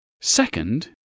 Second